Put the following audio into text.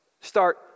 start